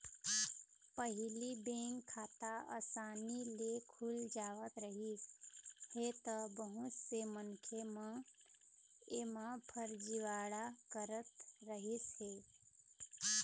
पहिली बेंक खाता असानी ले खुल जावत रहिस हे त बहुत से मनखे मन एमा फरजीवाड़ा करत रहिस हे